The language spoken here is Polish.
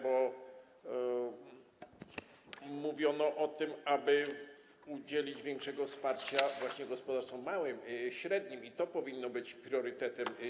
Bo mówiono o tym, żeby udzielić większego wsparcia właśnie gospodarstwom małym, średnim i to powinno być dzisiaj priorytetem.